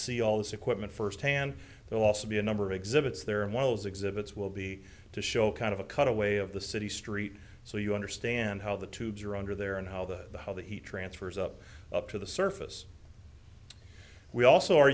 see all this equipment firsthand they'll also be a number of exhibits there and one of those exhibits will be to show kind of a cutaway of the city street so you understand how the tubes are under there and how the the how the heat transfers up up to the surface we also are